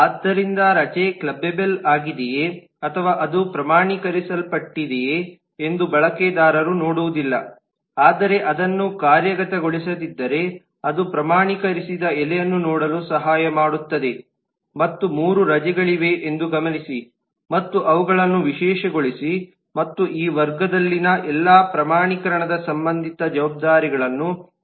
ಆದ್ದರಿಂದ ರಜೆ ಕ್ಲಬ್ಬೆಬಲ್ ಆಗಿದೆಯೆ ಅಥವಾ ಅದು ಪ್ರಮಾಣೀಕರಿಸಲ್ಪಟ್ಟಿದೆಯೆ ಎಂದು ಬಳಕೆದಾರರು ನೋಡುವುದಿಲ್ಲ ಆದರೆ ಅದನ್ನು ಕಾರ್ಯಗತಗೊಳಿಸದಿದ್ದರೆ ಅದು ಪ್ರಮಾಣೀಕರಿಸಿದ ಎಲೆಗಳನ್ನು ನೋಡಲು ಸಹಾಯ ಮಾಡುತ್ತದೆ ಮತ್ತು ಮೂರು ರಜೆಗಳಿವೆ ಎಂದು ಗಮನಿಸಿ ಮತ್ತು ಅವುಗಳನ್ನು ವಿಶೇಷಗೊಳಿಸಿ ಮತ್ತು ಈ ವರ್ಗದಲ್ಲಿನ ಎಲ್ಲಾ ಪ್ರಮಾಣೀಕರಣ ಸಂಬಂಧಿತ ಜವಾಬ್ದಾರಿಗಳನ್ನು ಕ್ಲಬ್ ಮಾಡಿ